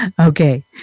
Okay